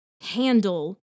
handle